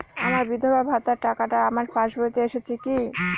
আমার বিধবা ভাতার টাকাটা আমার পাসবইতে এসেছে কি?